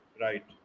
right